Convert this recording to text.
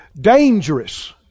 Dangerous